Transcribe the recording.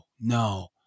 no